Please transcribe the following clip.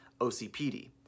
OCPD